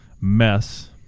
mess